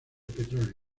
petróleo